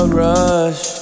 rush